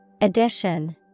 Addition